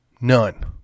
None